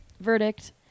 verdict